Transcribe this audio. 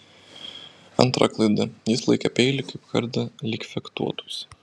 antra klaida jis laikė peilį kaip kardą lyg fechtuotųsi